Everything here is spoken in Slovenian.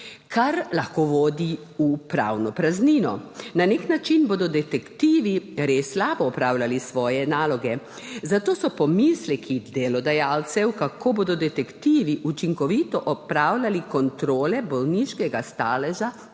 kar lahko vodi v pravno praznino. Na nek način bodo detektivi res slabo opravljali svoje naloge, zato so pomisleki delodajalcev, kako bodo detektivi učinkovito opravljali kontrole bolniškega staleža,